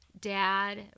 dad